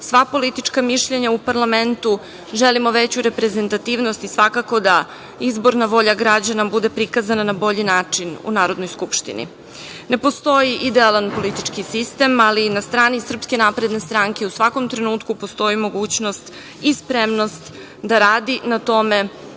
sva politička mišljenja u parlamentu, želimo veću reprezentativnost i svakako da izborna volja građana bude prikazana na bolji način u Narodnoj skupštini. Ne postoji idealan politički sistem, ali na strani SNS u svakom trenutku postoji mogućnost i spremnost da radi na tome